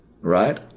right